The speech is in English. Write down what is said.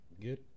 good